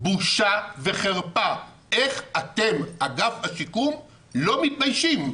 בושה וחרפה, איך אתם, אגף השיקום לא מתביישים?